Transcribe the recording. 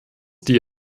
die